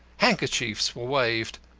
handkerchiefs were waved,